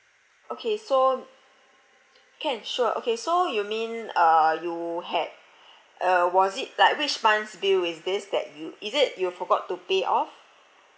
okay so can sure okay so you mean uh you had uh was it like which month's bill is this that you is it you forgot to pay off